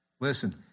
Listen